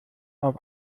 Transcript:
auf